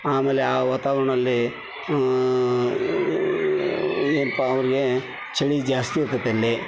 ಆಮೇಲೆ ಆ ವಾತಾವರ್ಣದಲ್ಲಿ ಏನಪ್ಪಾ ಅವರಿಗೆ ಚಳಿ ಜಾಸ್ತಿ ಇರ್ತದೆ ಅಲ್ಲಿಯೇ